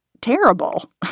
terrible